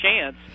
chance